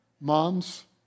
Moms